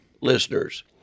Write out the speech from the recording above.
listeners